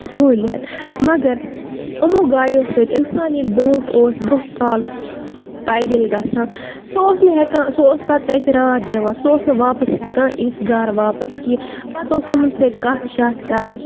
سہوٗلیت مگر أمو گاڑیو سۭتۍ اِنسان ییٚلہِ برونٛٹھ اوس برونٛہہ کال پایدٔلۍ گژھان سُہ اوس نہٕ ہٮ۪کان سُہ اوس پَتہٕ راتھ دِوان سُہ اوس نہٕ واپَس ہٮ۪کان اِتھ گَرٕ واپَس کینٛہہ پَتہٕ اوس تِمَن سۭتۍ کَتھ شیٚتھ کَران